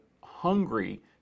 hungry